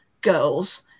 girls